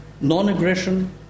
non-aggression